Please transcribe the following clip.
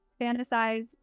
fantasize